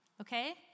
okay